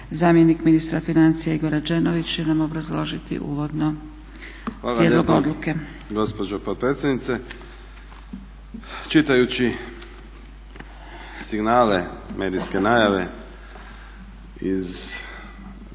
Zamjenik ministra financija Igor Rađenović će nam obrazložiti uvodno. **Rađenović, Igor (SDP)** Hvala lijepo gospođo potpredsjednice. Čitajući signale medijske najave iz